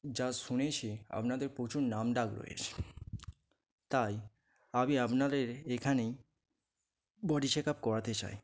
যা শুনেছি আপনাদের প্রচুর নাম ডাক রয়েছে তাই আমি আপনাদের এইখানেই বডি চেক আপ করাতে চাই